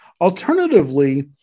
Alternatively